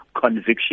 conviction